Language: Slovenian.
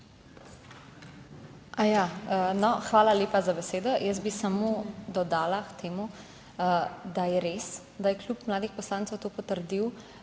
Hvala lepa za besedo. Jaz bi samo dodala k temu, da je res, da je klub mladih poslancev to potrdil.